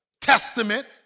testament